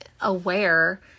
aware